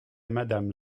madame